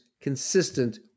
consistent